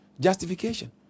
Justification